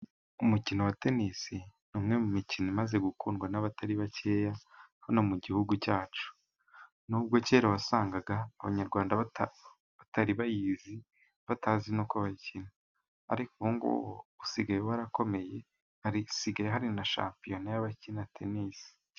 Umukino wa tenisi ni umwe mu mikino imaze gukundwa n'abatari bakeya, hano mu gihugu cyacu. N'ubwo kera wasangaga Abanyarwanda batari bayizi, batazi n'uko bawukina, ariko ubu ngubu, usigaye warakomeye, erega hasigaye hari na shampiyona y'abakina tenisi.